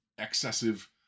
excessive